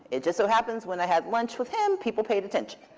it just so happens when i had lunch with him, people paid attention.